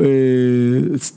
אה...